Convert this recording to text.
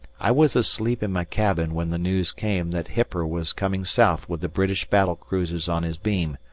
i was asleep in my cabin when the news came that hipper was coming south with the british battle cruisers on his beam.